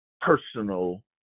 personal